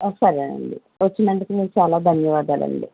సరే అండి వచ్చినందుకు మీకు చాలా ధన్యవాదాలండి